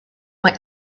mae